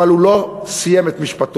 אבל הוא לא סיים את משפטו.